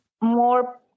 more